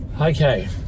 Okay